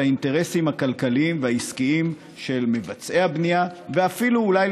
האינטרסים הכלכליים והעסקיים של מבצעי הבנייה ואפילו אולי,